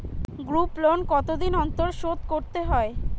Group loan কতদিন অন্তর শোধকরতে হয়?